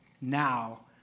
Now